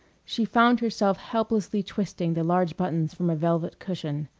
she found herself helplessly twisting the large buttons from a velvet cushion.